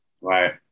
Right